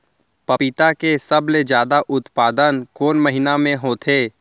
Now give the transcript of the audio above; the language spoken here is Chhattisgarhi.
पपीता के सबले जादा उत्पादन कोन महीना में होथे?